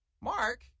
Mark